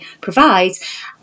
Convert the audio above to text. provides